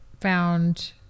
found